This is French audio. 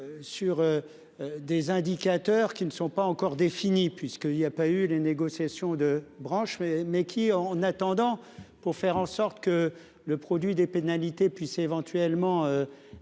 Sur. Des indicateurs qui ne sont pas encore défini puisqu'il y a pas eu les négociations de branche mais mais qui en attendant pour faire en sorte que le produit des pénalités puissent éventuellement